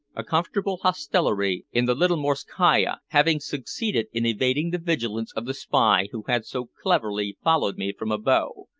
a comfortable hostelry in the little morskaya, having succeeded in evading the vigilance of the spy who had so cleverly followed me from abo,